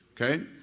Okay